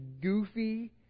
goofy